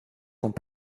sont